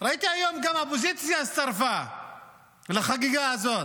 ראיתי היום שגם האופוזיציה הצטרפה לחגיגה הזאת.